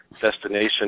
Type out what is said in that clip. destination